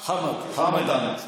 חמד עמאר.